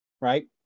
right